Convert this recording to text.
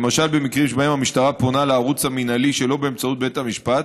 למשל במקרים שבהם המשטרה פונה לערוץ המינהלי שלא באמצעות בית המשפט,